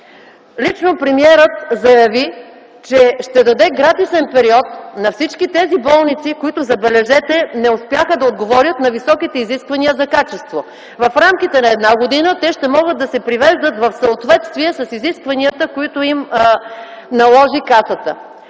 Лично премиерът заяви, че ще даде гратисен период на всички тези болници, които, забележете, не успяха да отговорят на високите изисквания за качество. В рамките на една година те ще могат да се привеждат в съответствие с изискванията, които им наложи Касата.